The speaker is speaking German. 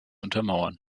untermauern